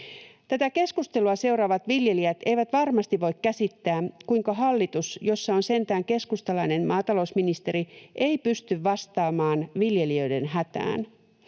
Tätä keskustelua seuraavat viljelijät eivät varmasti voi käsittää, kuinka hallitus, jossa on sentään keskustalainen maatalousministeri, ei pysty vastaamaan viljelijöiden hätään.